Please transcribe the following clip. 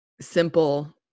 simple